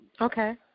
Okay